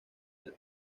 del